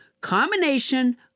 combination